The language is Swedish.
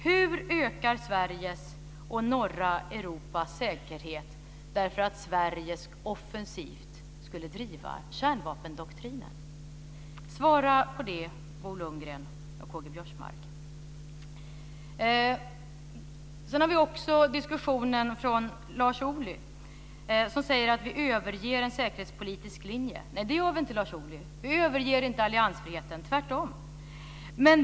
Hur ökar Sveriges och norra Europas säkerhet för att Sverige offensivt skulle driva kärnvapendoktrinen? Svara på det, Bo Lundgren och K-G Biörsmark! Sedan har vi också diskussionen från Lars Ohlys sida. Han säger att vi överger en säkerhetspolitisk linje. Det gör vi inte, Lars Ohly. Vi överger inte alliansfriheten, tvärtom.